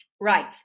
Right